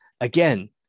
again